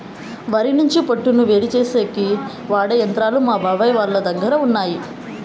వరి నుంచి పొట్టును వేరుచేసేకి వాడె యంత్రాలు మా బాబాయ్ వాళ్ళ దగ్గర ఉన్నయ్యి